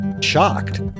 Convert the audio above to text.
shocked